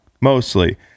Mostly